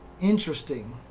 Interesting